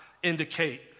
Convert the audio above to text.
indicate